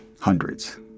hundreds